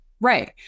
Right